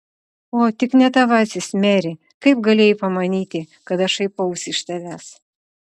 o tik ne tavasis meri kaip galėjai pamanyti kad aš šaipausi iš tavęs